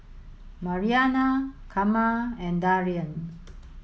Marianna Carma and Darion